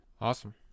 Awesome